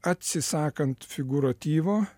atsisakant figurotyvo